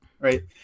right